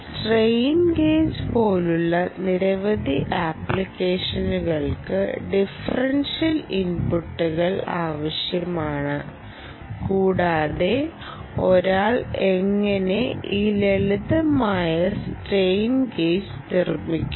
strain gauge പോലുള്ള നിരവധി ആപ്ലിക്കേഷനുകൾക്ക് ഡിഫറൻഷ്യൽ ഇൻപുട്ടുകൾ ആവശ്യമാണ് കൂടാതെ ഒരാൾ എങ്ങനെ ഈ ലളിതമായ സ്ട്രെയിൻ ഗേജ് നിർമ്മിക്കുന്നു